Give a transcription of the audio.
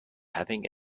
having